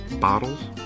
bottles